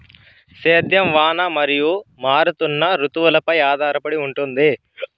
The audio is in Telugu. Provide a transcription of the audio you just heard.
సేద్యం వాన మరియు మారుతున్న రుతువులపై ఆధారపడి ఉంటుంది